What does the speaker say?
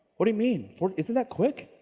what do you mean? fourteen, isn't that quick?